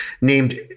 Named